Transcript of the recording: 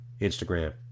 Instagram